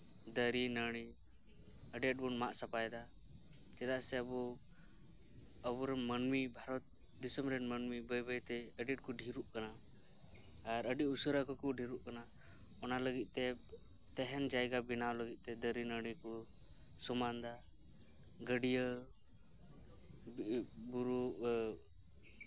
ᱫᱟᱨᱮ ᱱᱟᱹᱬᱤ ᱟᱹᱰᱤ ᱟᱸᱴᱵᱚᱱ ᱢᱟᱜ ᱥᱟᱯᱟᱭᱮᱫᱟ ᱪᱮᱫᱟᱜ ᱥᱮ ᱟᱵᱚ ᱟᱵᱚᱨᱮᱱ ᱢᱟᱹᱱᱢᱤ ᱵᱷᱟᱨᱚᱛ ᱫᱤᱥᱚᱢᱨᱮᱱ ᱢᱟᱹᱱᱢᱤ ᱵᱟᱹᱭ ᱵᱟᱹᱭᱛᱮ ᱟᱹᱰᱤ ᱟᱸᱴᱠᱚ ᱰᱷᱮᱨᱚᱜ ᱠᱟᱱᱟ ᱟᱨ ᱟᱹᱰᱤ ᱩᱥᱟᱹᱨᱟ ᱜᱮᱠᱚ ᱰᱷᱮᱨᱚᱜ ᱠᱟᱱᱟ ᱚᱱᱟ ᱞᱟᱹᱜᱤᱫ ᱛᱮ ᱛᱟᱦᱮᱱ ᱡᱟᱭᱜᱟ ᱵᱮᱱᱟᱣ ᱞᱟᱹᱜᱤᱫ ᱛᱮ ᱫᱟᱨᱮ ᱱᱟᱹᱬᱤ ᱠᱚ ᱥᱚᱢᱟᱱ ᱮᱫᱟ ᱜᱟᱹᱰᱭᱟᱹ ᱵᱩᱨᱩ